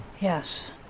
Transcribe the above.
Yes